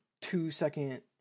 two-second